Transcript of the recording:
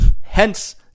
Hence